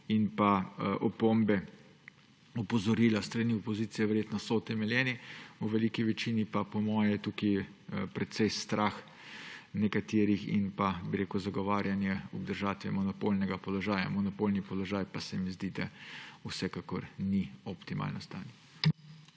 in opombe, opozorila s strani opozicije verjetno utemeljeni, v veliki večini pa je po mojem tukaj predvsem strah nekaterih in zagovarjanje obdržanja monopolnega položaja. Monopolni položaj pa se mi zdi, da vsekakor ni optimalno stanje.